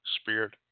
Spirit